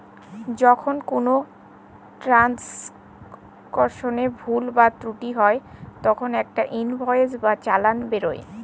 যখন কোনো ট্রান্সাকশনে ভুল বা ত্রুটি হয় তখন একটা ইনভয়েস বা চালান বেরোয়